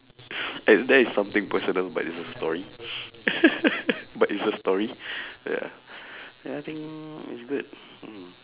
and that is something personal but it's a story but it's a story ya ya I think it's good mm